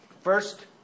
First